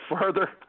further